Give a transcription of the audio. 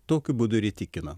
tokiu būdu ir įtikino